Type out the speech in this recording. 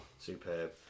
superb